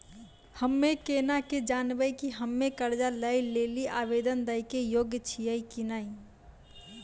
हम्मे केना के जानबै कि हम्मे कर्जा लै लेली आवेदन दै के योग्य छियै कि नै?